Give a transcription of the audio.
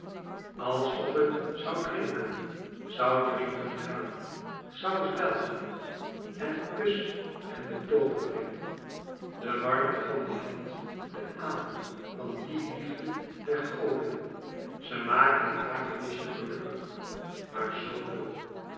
of het zou drinken zou drinken gaan zou zwelgen en kus en betoovering de warmte van die hand de adem van die liefde der goden ze maakten het hagedisje gelukkig maar zoo loom